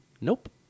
Nope